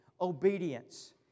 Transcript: obedience